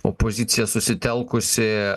opozicija susitelkusi